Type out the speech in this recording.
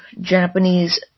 Japanese